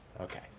Okay